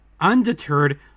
undeterred